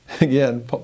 Again